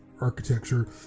architecture